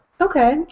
Okay